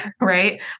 right